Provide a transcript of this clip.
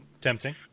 Tempting